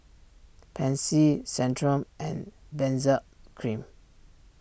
Pansy Centrum and Benzac Cream